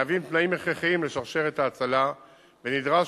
מהווים תנאים הכרחיים לשרשרת ההצלה ונדרש